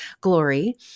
glory